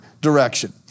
direction